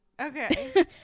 Okay